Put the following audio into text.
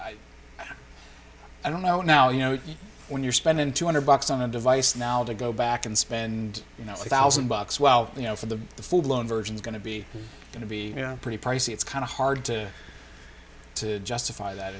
but i don't know now you know when you're spending two hundred bucks on a device now to go back and spend you know thousand bucks well you know for the the full blown version is going to be going to be pretty pricey it's kind of hard to to justify that